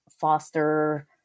foster